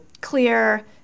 clear